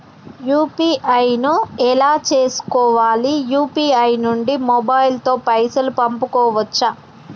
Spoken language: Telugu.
యూ.పీ.ఐ ను ఎలా చేస్కోవాలి యూ.పీ.ఐ నుండి మొబైల్ తో పైసల్ పంపుకోవచ్చా?